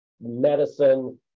medicine